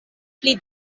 pli